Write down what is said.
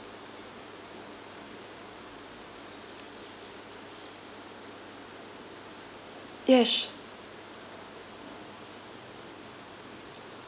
yes